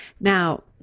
Now